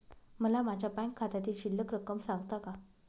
मला माझ्या बँक खात्यातील शिल्लक रक्कम सांगता का?